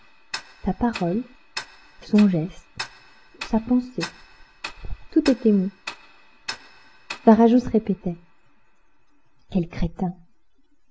sa parole son geste sa pensée tout était mou varajou se répétait quel crétin